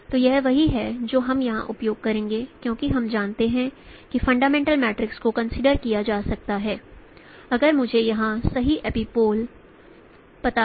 तो यह वही है जो हम यहां उपयोग करेंगे क्योंकि हम जानते हैं कि फंडामेंटल मैट्रिक्स को कंसीडर किया जा सकता है अगर मुझे यहां सही एपिपोल पता है